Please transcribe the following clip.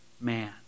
man